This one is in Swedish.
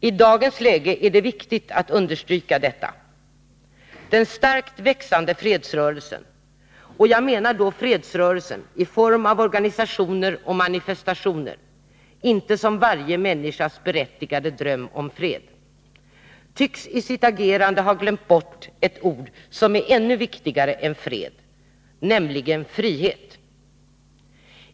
I dagens läge är det viktigt att understryka detta. Den starkt växande fredsrörelsen — och jag menar då fredsrörelsen i form av organisationer och manifestationer, inte som varje människas berättigade dröm om fred — tycks i sitt agerande ha glömt bort ett ord som är ännu viktigare än ”fred”, nämligen ”frihet”.